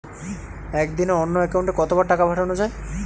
একদিনে অন্য একাউন্টে কত বার টাকা পাঠানো য়ায়?